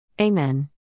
Amen